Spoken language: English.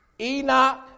Enoch